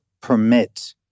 permit